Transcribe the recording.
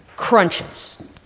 Crunches